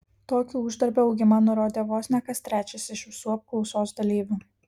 tokį uždarbio augimą nurodė vos ne kas trečias iš visų apklausos dalyvių